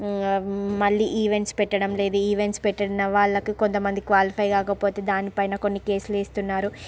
మళ్ళీ ఈవెంట్స్ పెట్టడం లేదు ఈవెంట్స్ పెట్టిన వాళ్ళకి కొంత మంది క్వాలిఫై కాకపోతే దాని పైన కొన్ని కేసులు వేస్తున్నారు